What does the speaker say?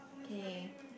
K